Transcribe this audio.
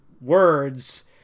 words